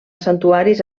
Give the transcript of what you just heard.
santuaris